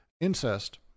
incest